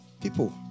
people